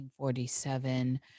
1947